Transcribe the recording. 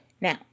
Now